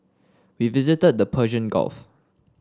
we visited the Persian Gulf